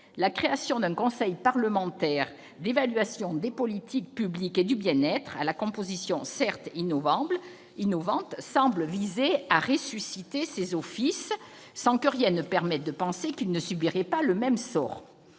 La création d'un conseil parlementaire d'évaluation des politiques publiques et du bien-être, à la composition certes innovante, semble viser à ressusciter ces offices, sans que rien permette de penser qu'il ne subirait pas le même sort.